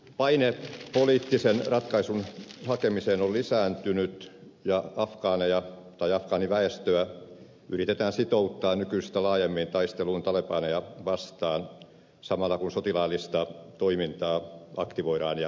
paine poliittisen ratkaisun hakemiseen on lisääntynyt ja afgaaniväestöä yritetään sitouttaa nykyistä laajemmin taisteluun talebaneja vastaan samalla kun sotilaallista toimintaa aktivoidaan ja laajennetaan